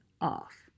off